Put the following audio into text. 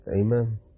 Amen